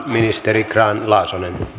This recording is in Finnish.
ministeri grahn laasonen